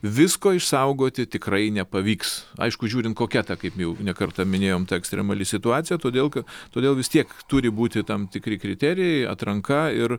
visko išsaugoti tikrai nepavyks aišku žiūrint kokia ta kaip jau ne kartą minėjom ekstremali situacija todėl kad todėl vis tiek turi būti tam tikri kriterijai atranka ir